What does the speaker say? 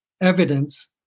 evidence